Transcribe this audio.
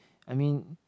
I mean